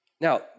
Now